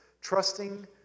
trusting